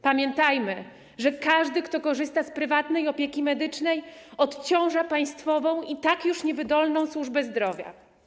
Pamiętajmy, że każdy, kto korzysta z prywatnej opieki medycznej, odciąża państwową, i tak już niewydolną, służbę zdrowia.